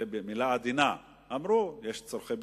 זה במלה עדינה, אמרו: יש צורכי ביטחון,